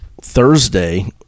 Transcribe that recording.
Thursday